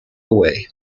away